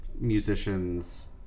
musicians